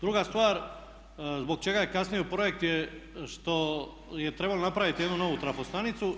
Druga stvar, zbog čega je kasnio projekt je što je trebalo napraviti jednu novu trafostanicu.